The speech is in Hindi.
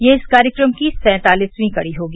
यह इस कार्यक्रम की सैंतालिसवीं कड़ी होगी